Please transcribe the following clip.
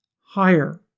higher